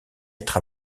être